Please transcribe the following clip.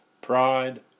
pride